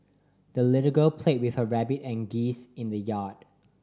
the little girl played with her rabbit and geese in the yard